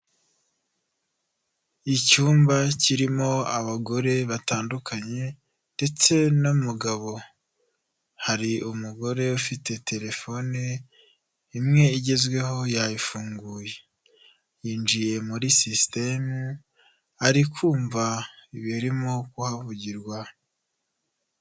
Icyumba kirimo abagore batandukanye ndetse n'umugabo, hari umugore ufite telefone imwe igezweho yayifunguye, yinjiye muri sisitemu ari kumva ibirimo kuhavugirwa.